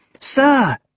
Sir